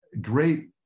great